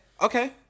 Okay